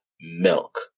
milk